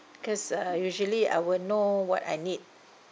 because uh usually I will know what I need